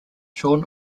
shaun